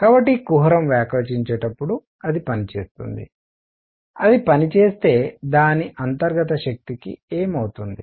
కాబట్టి కుహరం వ్యాకోచించేటప్పుడు అది పని చేస్తుంది అది పని చేస్తే దాని అంతర్గత శక్తికి ఏమి అవుతుంది